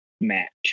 match